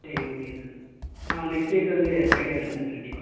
சரி okay sir ஆ next week வந்து ஃப்ரைடே வந்துடுறேன் சார் கண்டிப்பாக